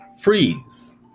freeze